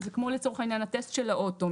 זה כמו לצורך העניין הטסט של האוטו,